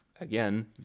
again